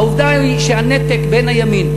העובדה היא שהנתק בין הימין,